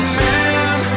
man